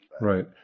Right